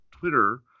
Twitter